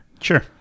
Sure